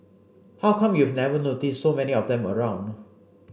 how come you've never noticed so many of them around